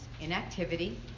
inactivity